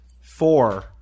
Four